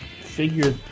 figure